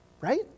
right